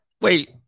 wait